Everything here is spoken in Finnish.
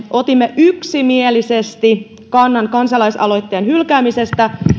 otimme päätösehdotuksessamme yksimielisesti kannan kansalais aloitteen hylkäämisestä